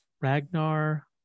Ragnar